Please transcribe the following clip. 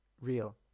real